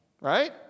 right